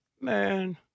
Man